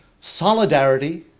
Solidarity